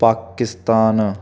Pakistan